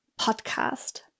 podcast